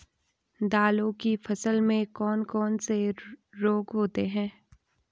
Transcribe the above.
दालों की फसल में कौन कौन से रोग होते हैं?